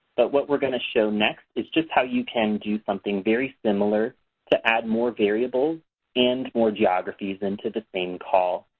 but what we're going to show next is just how you can do something very similar to add more variables and more geographies into the same call,